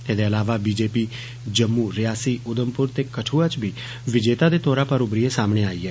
ऐदे अलावा B J P Jammu Reasi Udhampur ते कठुआ च बी विजेता दे तोरा पर उमरियै सामने आई ऐ